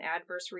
adverse